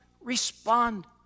respond